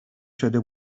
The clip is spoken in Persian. شده